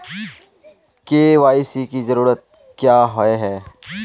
KYC की जरूरत क्याँ होय है?